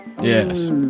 Yes